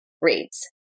reads